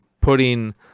putting